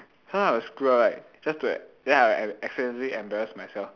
sometimes I would screw up right just to ya I will I accidentally embarrass myself